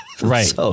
Right